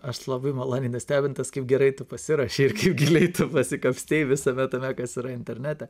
aš labai maloniai nustebintas kaip gerai tu pasiruošei ir giliai tu pasikapstei visame tame kas yra internete